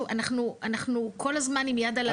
אנחנו כל הזמן עם יד על הדופק.